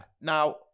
now